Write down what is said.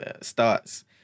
starts